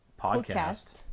podcast